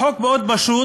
החוק מאוד פשוט